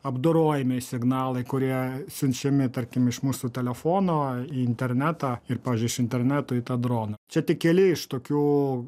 apdorojami signalai kurie siunčiami tarkim iš mūsų telefono į internetą ir pavyzdžiui iš interneto į tą droną čia tik keli iš tokių